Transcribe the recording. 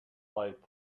light